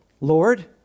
Lord